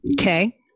Okay